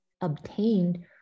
obtained